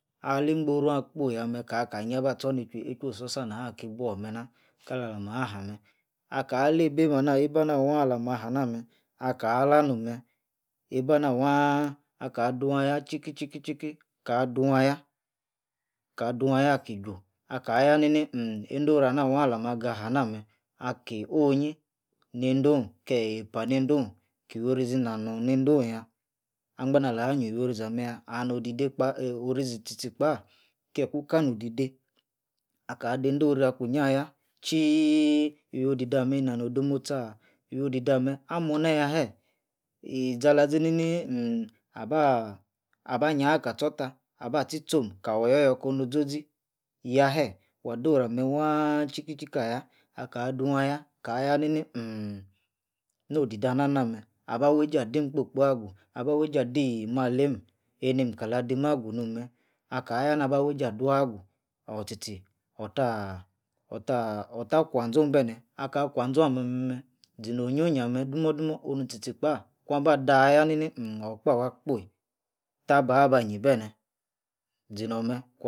Ali ingborane akpoi yah meh kaka nyia bah tdior ni-chuui, eichwo-ososah nah ki bwuor meh-nah, kala-lah mah-ha meh, akala no'm meh, eibah-nah waaah aka-dun ayah tchiki-tchiki-tchiki, ka-dun ayah, kah-dun-ayah aki-yu, akah yah nini uhnn, endoranah waah alama gahana meh, aki onyi neidoh keh eipah neidonh ki-wiorizi ina-norn neidon-yah, angbanala nyi-you-oh rizi ah-meh-yah and odidei kpah, orizi tchi-tchi kpah, kie kun ka no-odidei, aka dei-do rah akwinyi ah yah, chiiiiii i wuioh-didei ah-meh inano-demotsi ah? iwio-diei ah-meh ah morna yah heeh? lizalazinini uhm aba abah-nyia ka tchor tah aba tchi-tchom kawor yor-yor, konu zozi. yahe? wadorameh waaah tchiki-tchiki ah-yah, aka dun ah-yah kayanini uhmm no'didei anah-nah meh a bah weijei adim kpo-kpo aguh, aba weijei adi malerm einim kala adinn agun'h meh, akaya naba weijei adua agu, or-tchi-tchi or-ttah or-ttah or-ttah kwian-zone benneh aka kwanzine ah-meh ali-meh-meh, zino-onyio-nyi ah meh dumor-dumor onu tchi-tchi kpah kuan ba dah yah nini uhm okpah-wah-kpoi tah babah nyi benneh, zinor meh